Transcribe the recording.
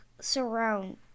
surround